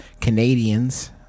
Canadians